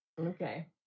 Okay